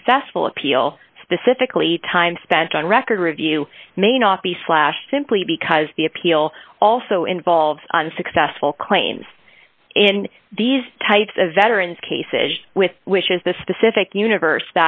successful appeal specifically time spent on record review may not be slashed simply because the appeal also involves unsuccessful claims and these types of veterans cases with wishes the specific universe